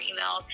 emails